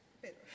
pero